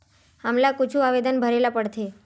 हमला कुछु आवेदन भरेला पढ़थे?